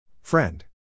Friend